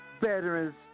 veterans